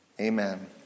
amen